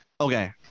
Okay